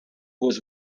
was